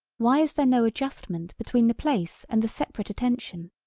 why is there no adjustment between the place and the separate attention.